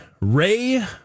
Ray